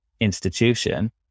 institution